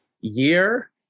year